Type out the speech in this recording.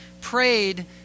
prayed